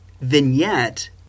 vignette